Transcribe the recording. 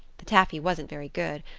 the taffy wasn't very good,